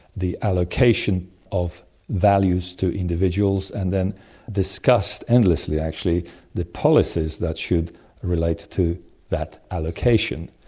the allocation of values to individuals, and then discussed endlessly actually the policies that should relate to to that allocation.